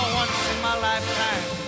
once-in-my-lifetime